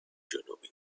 جنوبی